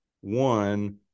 one